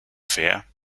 fear